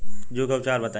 जूं के उपचार बताई?